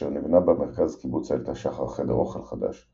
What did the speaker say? כאשר נבנה במרכז קיבוץ איילת השחר חדר אוכל חדש,